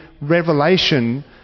Revelation